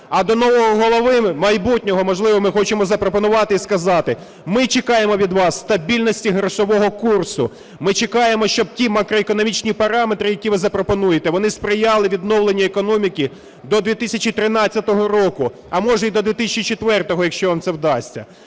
А до нового голови, майбутнього, можливо, ми хочемо запропонувати і сказати. Ми чекаємо від вас стабільності грошового курсу. Ми чекаємо, щоб ті макроекономічні параметри, які ви запропонуєте, вони сприяли відновленню економіки до 2013 року, а може і до 2004, якщо вам це вдасться.